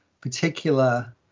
particular